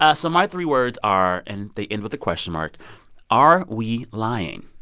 ah so my three words are and they end with a question mark are we lying?